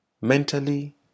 mentally